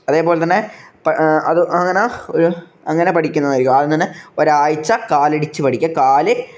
അതേപോലെ തന്നെ അത് അങ്ങനെ ഒര് അങ്ങനെ പഠിക്കുന്നതായിരിക്കും ആദ്യം തന്നെ ഒരാഴ്ച് കാലടിച്ച് പഠിക്കുക കാല്